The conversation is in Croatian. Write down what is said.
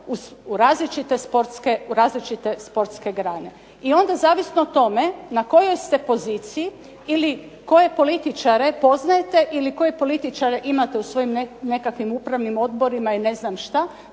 u različite sportske grane. I onda zavisno o tome na kojoj ste poziciji ili koje političare poznajete ili koje političare imate u svojim nekakvim upravnim odborima i ne znam što,